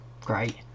great